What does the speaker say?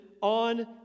on